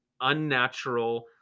unnatural